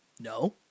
No